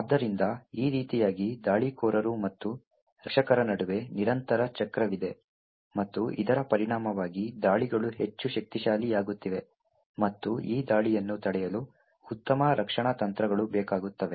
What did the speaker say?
ಆದ್ದರಿಂದ ಈ ರೀತಿಯಾಗಿ ದಾಳಿಕೋರರು ಮತ್ತು ರಕ್ಷಕರ ನಡುವೆ ನಿರಂತರ ಚಕ್ರವಿದೆ ಮತ್ತು ಇದರ ಪರಿಣಾಮವಾಗಿ ದಾಳಿಗಳು ಹೆಚ್ಚು ಶಕ್ತಿಶಾಲಿಯಾಗುತ್ತಿವೆ ಮತ್ತು ಈ ದಾಳಿಯನ್ನು ತಡೆಯಲು ಉತ್ತಮ ರಕ್ಷಣಾ ತಂತ್ರಗಳು ಬೇಕಾಗುತ್ತವೆ